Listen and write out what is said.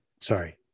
sorry